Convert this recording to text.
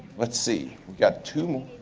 let's see, we've got two